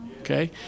Okay